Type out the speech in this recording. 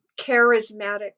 charismatic